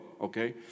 okay